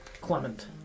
Clement